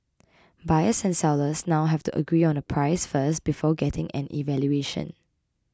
buyers and sellers now have to agree on a price first before getting an evaluation